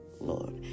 Lord